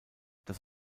das